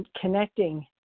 connecting